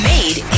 Made